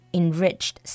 enriched